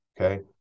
okay